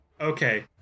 Okay